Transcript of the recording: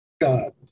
God